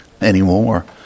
anymore